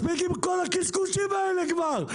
מספיק עם כל הקשקושים האלה כבר,